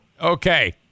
Okay